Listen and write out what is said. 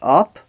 up